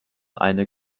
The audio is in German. eine